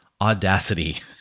Audacity